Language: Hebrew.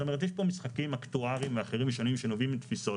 יש פה משחקים אקטואריים שנובעים מתפיסות